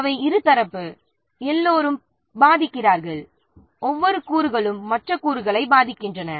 அவை இருதரப்பு எல்லோரும் பாதிக்கிறார்கள் ஒவ்வொரு கூறுகளும் மற்ற கூறுகளை பாதிக்கின்றன